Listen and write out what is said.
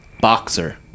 boxer